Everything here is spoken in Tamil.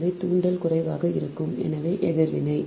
எனவே தூண்டல் குறைவாக இருக்கும் எனவே எதிர்வினை